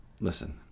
Listen